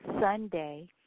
Sunday